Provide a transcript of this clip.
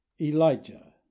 elijah